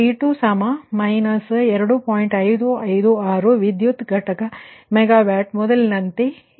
556 power unit megawatt ಮೊದಲಿನಂತೆಯೇ ಇದೆ